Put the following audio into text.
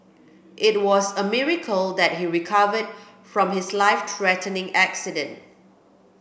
it was a miracle that he recovered from his life threatening accident